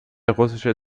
russische